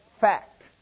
fact